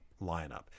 lineup